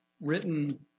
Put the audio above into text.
written